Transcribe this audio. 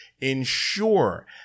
Ensure